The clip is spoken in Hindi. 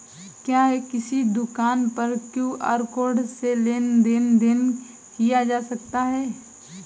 क्या किसी दुकान पर क्यू.आर कोड से लेन देन देन किया जा सकता है?